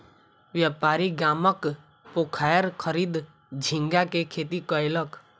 व्यापारी गामक पोखैर खरीद झींगा के खेती कयलक